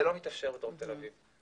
זה לא מתאפשר בדרום תל אביב.